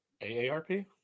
AARP